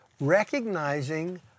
recognizing